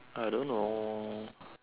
I don't know